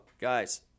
guys